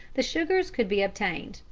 the sugars could be obtained,